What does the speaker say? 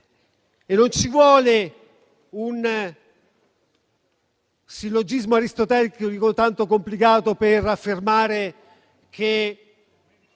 Non ci vuole un sillogismo aristotelico tanto complicato per affermare, come